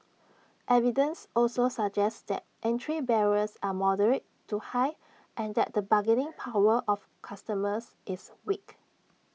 evidence also suggests that entry barriers are moderate to high and that the bargaining power of customers is weak